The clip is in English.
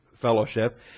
fellowship